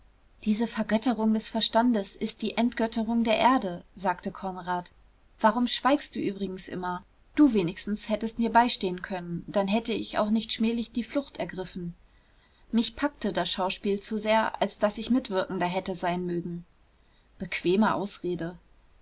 diese vergötterung des verstandes ist die entgötterung der erde sagte konrad warum schweigst du übrigens immer du wenigstens hättest mir beistehen können dann hätte ich auch nicht schmählich die flucht ergriffen mich packte das schauspiel zu sehr als daß ich mitwirkender hätte sein mögen bequeme ausrede